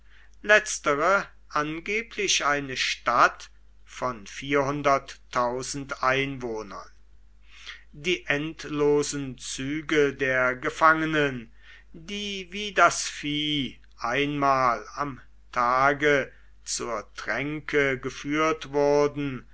letztere angeblich eine stadt von einwohnern die endlosen züge der gefangenen die wie das vieh einmal am tage zur tränke geführt wurden